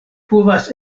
povas